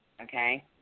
okay